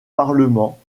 parlements